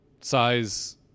Size